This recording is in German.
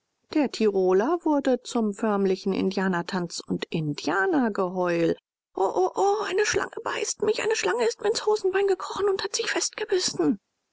der tyroler wurde zum förmlichen indianertanz und indianergeheul o o o eine schlange beißt mich eine schlange ist mir ins hosenbein gekrochen und hat sich festgebissen